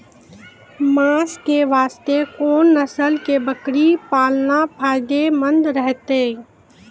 मांस के वास्ते कोंन नस्ल के बकरी पालना फायदे मंद रहतै?